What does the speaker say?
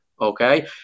okay